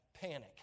panic